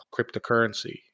cryptocurrency